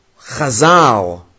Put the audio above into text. Chazal